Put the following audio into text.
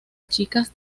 chicas